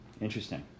Interesting